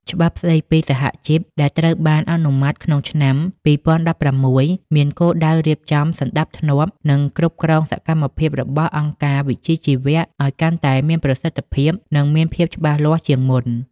ច្បាប់ស្តីពីសហជីពដែលត្រូវបានអនុម័តក្នុងឆ្នាំ ២០១៦ មានគោលដៅរៀបចំសណ្តាប់ធ្នាប់ និងគ្រប់គ្រងសកម្មភាពរបស់អង្គការវិជ្ជាជីវៈឱ្យកាន់តែមានប្រសិទ្ធភាព និងមានភាពច្បាស់លាស់ជាងមុន។